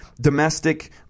domestic